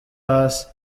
hasi